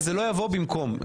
זה לא יבוא במקום.